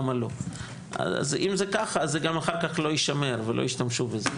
אז אם זה ככה זה גם אחר כך לא יישמר ולא ישתמשו בזה.